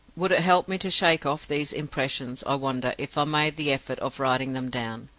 would it help me to shake off these impressions, i wonder, if i made the effort of writing them down?